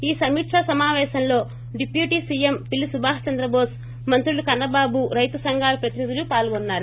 ఈ సమీకా సమావేశంలో డిప్యూటీ సీఎం పిల్లి సుభాష్చంద్రబోస్ మంత్రులు కన్న బాబు రైతు సంఘాల ప్రతినిధులు పాల్గొన్నారు